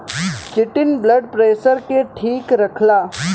chitin blood pressure के ठीक रखला